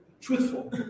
truthful